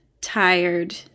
tired